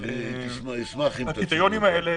אשמח אם תציג אותם.